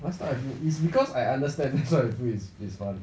last time I feel it's because I understand that's why I feel it's it's fun